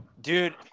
Dude